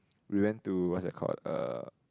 we went to what's that called uh